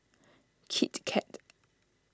Kit Kat